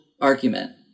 argument